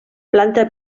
planta